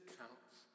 counts